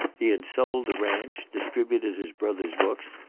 he had sold the ranch, distributed his brother's books,